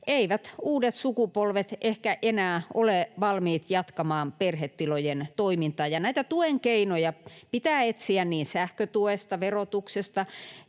eivät uudet sukupolvet ehkä enää ole valmiit jatkamaan perhetilojen toimintaa. Näitä tuen keinoja pitää etsiä niin sähkötuesta, verotuksesta,